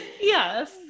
yes